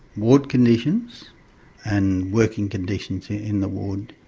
ward conditions and working conditions here in the ward.